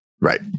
right